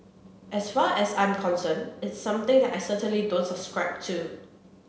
as far as I'm concerned it's something that I certainly don't subscribe to